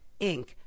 Inc